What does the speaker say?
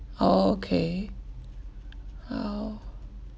okay how